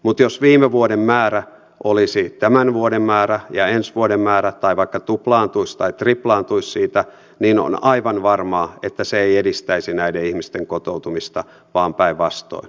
mutta jos viime vuoden määrä olisi tämän vuoden määrä ja ensi vuoden määrä tai vaikka tuplaantuisi tai triplaantuisi siitä niin on aivan varmaa että se ei edistäisi näiden ihmisten kotoutumista vaan päinvastoin